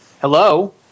Hello